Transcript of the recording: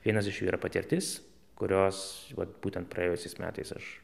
vienas iš jų yra patirtis kurios vat būtent praėjusiais metais aš